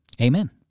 amen